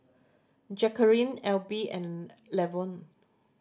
Jacquelin Elby and Lavonne